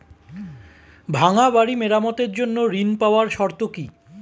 ভাঙ্গা বাড়ি মেরামতের জন্য ঋণ পাওয়ার শর্ত কি?